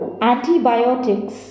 Antibiotics